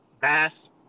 Bass